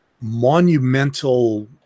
monumental